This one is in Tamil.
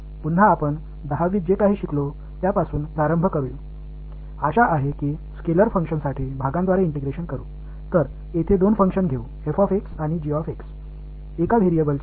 எனவே 10 ஆம் வகுப்பில் நீங்கள் செய்த ஒன்றை மீண்டும் தொடங்குவோம் இது ஒரு ஸ்கேலார் பங்க்ஷன்ஸ்ற்கான பகுதிகளால் ஒருங்கிணைக்கப்பட்டது